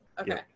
okay